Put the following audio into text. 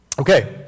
Okay